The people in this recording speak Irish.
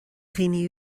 dhaoine